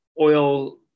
oil